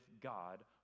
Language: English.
God